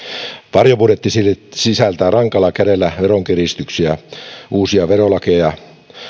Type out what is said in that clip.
varjobudjetti sisältää rankalla kädellä veronkiristyksiä uusia verolakeja